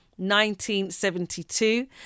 1972